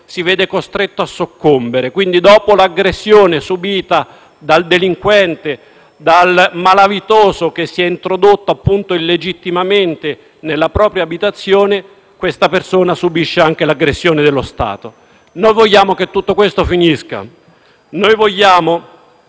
si vede costretto a soccombere. Quindi, dopo l'aggressione subita dal delinquente, dal malavitoso che si è introdotto illegittimamente nella propria abitazione, questa persona subisce anche l'aggressione dello Stato. Noi vogliamo che tutto questo finisca; noi vogliamo